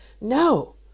No